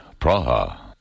Praha